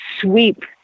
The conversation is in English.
sweep